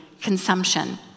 consumption